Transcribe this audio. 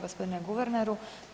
Gospodine guverneru.